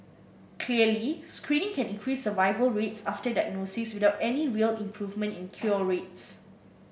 clearly screening can increase survival rates after diagnosis without any real improvement in cure rates